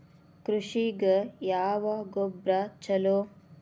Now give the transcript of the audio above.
ಕೃಷಿಗ ಯಾವ ಗೊಬ್ರಾ ಛಲೋ?